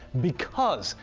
because,